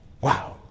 Wow